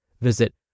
Visit